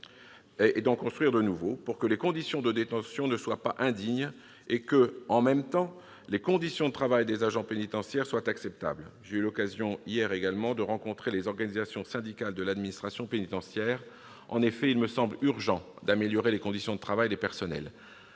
ou d'en construire de nouveaux, pour que les conditions de détention ne soient pas indignes et que, en même temps, les conditions de travail des agents pénitentiaires soient acceptables. J'ai eu l'occasion, hier également, de rencontrer des représentants des organisations syndicales de l'administration pénitentiaire. Il semble urgent d'améliorer les conditions de travail des personnels,